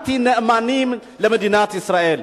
אנטי-נאמנות למדינת ישראל.